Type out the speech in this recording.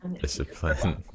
discipline